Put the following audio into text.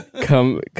come